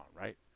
right